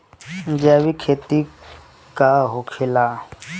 जैविक खेती का होखेला?